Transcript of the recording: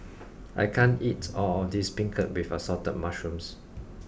I can't eat all of this Beancurd with assorted mushrooms